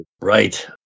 right